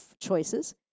choices